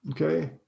okay